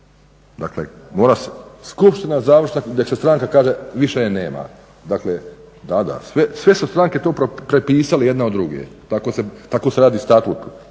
Dakle, mora se skupština završna gdje će stranka kaže više je nema. Dakle, da, da, sve su stranke to prepisali jedna od druge, tako se radi statut,